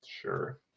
sure